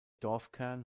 dorfkern